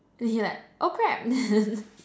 then he like oh crap